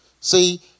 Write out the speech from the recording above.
see